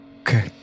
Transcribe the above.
Okay